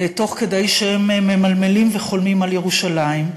תוך כדי שהם ממלמלים וחולמים על ירושלים.